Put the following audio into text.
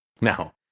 Now